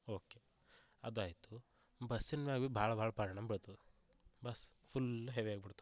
okay ಅದು ಆಯಿತು ಬಸ್ಸಿನ ಮ್ಯಾಗು ಭಾಳ ಭಾಳ್ ಪರಿಣಾಮ ಬೀಳ್ತದೆ ಬಸ್ ಫುಲ್ ಹೆವಿ ಆಗ್ಬುಡ್ತದು